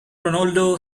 ronaldo